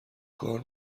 کار